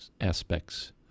aspects